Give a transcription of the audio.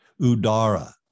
Udara